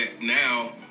now